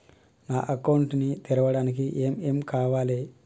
నా అకౌంట్ ని తెరవడానికి ఏం ఏం కావాలే?